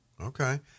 Okay